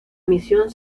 misión